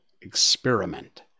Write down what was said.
experiment